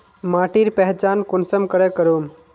माटिर पहचान कुंसम करे करूम?